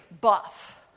buff